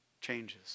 changes